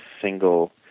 single